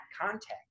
context